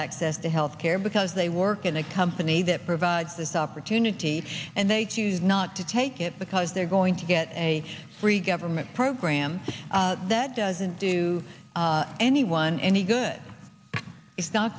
access to health care because they work in a company that provides this opportunity and they choose not to take it because they're going to get a free government program that doesn't do anyone any good it's not